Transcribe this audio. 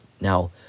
Now